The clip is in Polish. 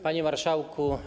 Panie Marszałku!